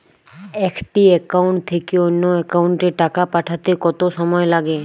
একটি একাউন্ট থেকে অন্য একাউন্টে টাকা পাঠাতে কত সময় লাগে?